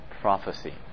prophecy